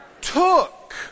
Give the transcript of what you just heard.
took